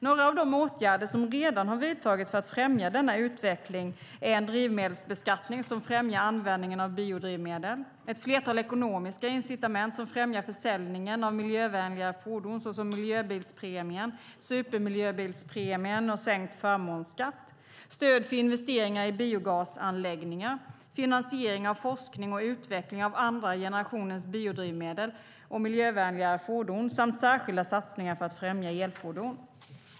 Några av de åtgärder som redan har vidtagits för att främja denna utveckling är en drivmedelsbeskattning som främjar användningen av biodrivmedel, ett flertal ekonomiska incitament som främjar försäljningen av miljövänligare fordon, såsom miljöbilspremien, supermiljöbilspremien och sänkt förmånsskatt, stöd för investeringar i biogasanläggningar, finansiering av forskning och utveckling av andra generationens biodrivmedel och miljövänligare fordon samt särskilda satsningar för att främja elfordon.